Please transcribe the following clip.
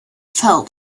fell